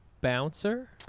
bouncer